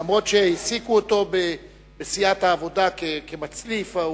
למרות שהעסיקו אותו בסיעת העבודה כמצליף.